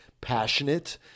passionate